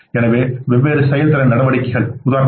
எனவே வெவ்வேறு செயல்திறன் நடவடிக்கைகள் உதாரணமாக